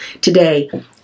today